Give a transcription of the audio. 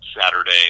Saturday